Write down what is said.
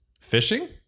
Fishing